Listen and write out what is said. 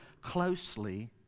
closely